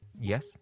Yes